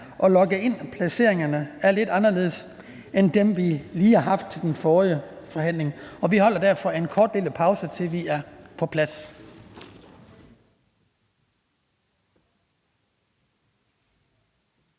og logge ind dér. Placeringerne er lidt anderledes end dem, vi lige har haft under den forrige forhandling. Vi holder derfor en kort pause, til vi er på plads.